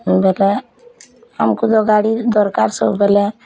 ଏବେକା ଆମକୁ ତ ଗାଡ଼ି ଦରକାର୍ ସବୁବେଲେ